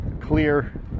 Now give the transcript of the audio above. clear